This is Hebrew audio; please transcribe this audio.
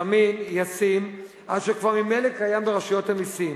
זמין, ישים, אשר כבר ממילא קיים ברשויות המסים,